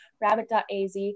rabbit.az